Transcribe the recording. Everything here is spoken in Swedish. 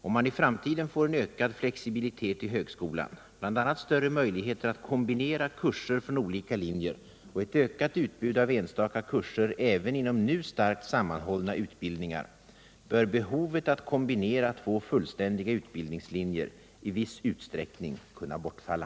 Om man i framtiden får en ökad flexibilitet i högskolan, bl.a. större möjligheter att kombinera kurser från olika linjer och ett ökat utbud av enstaka kurser även inom nu starkt sammanhållna utbildningar, bör behovet att kombinera två fullständiga utbildningslinjer i viss utsträckning kunna bortfalla.